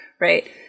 Right